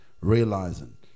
realizing